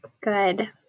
good